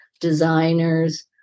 designers